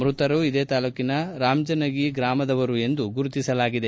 ಮೃತರು ಇದೇ ತಾಲೂಕಿನ ರಾಂಜನಗಿ ಗ್ರಾಮದವರು ಎಂದು ಗುರುತಿಸಲಾಗಿದೆ